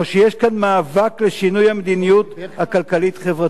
או שיש כאן מאבק לשינוי המדיניות הכלכלית-חברתית?